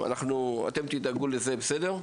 אתם תדאגו לזה, בסדר?